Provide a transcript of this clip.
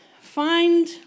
find